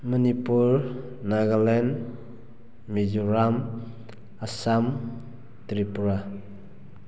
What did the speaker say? Manipur Nagaland Mizoram Assam Tripura